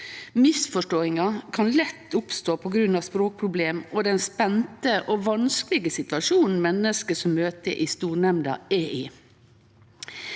Misforståingar kan lett oppstå på grunn av språkproblem og den spente og vanskelege situasjonen menneske som møter i stornemnda, er i.